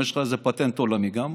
אם יש לך איזה פטנט עולמי גם,